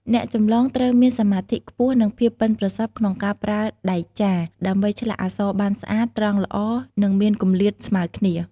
អ្នកចម្លងត្រូវមានសមាធិខ្ពស់ និងភាពប៉ិនប្រសប់ក្នុងការប្រើដែកចារ ដើម្បីឆ្លាក់អក្សរបានស្អាត ត្រង់ល្អ និងមានគម្លាតស្មើគ្នា។